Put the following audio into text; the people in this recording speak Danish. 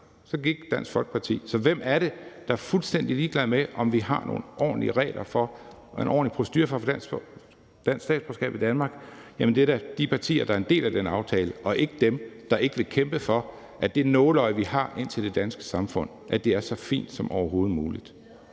så gik Dansk Folkeparti. Så hvem er det, der er fuldstændig ligeglade med, om vi har nogle ordentlige regler og procedurer for at få dansk statsborgerskab i Danmark? Det er da de partier, der ikke er en del af den aftale, og dem, der ikke vil kæmpe for, at det nåleøje, vi har ind til det danske samfund, er så småt som overhovedet muligt.